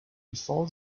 before